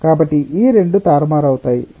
కాబట్టి ఈ రెండు తారుమారు అవుతాయా